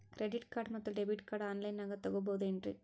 Credit card ಮತ್ತು debit card on ಲೈನಾಗ್ ತಗೋಬಹುದೇನ್ರಿ?